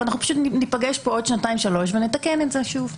וניפגש פה עוד שנתיים-שלוש ונתקן את זה שוב.